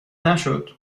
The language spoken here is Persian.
نشد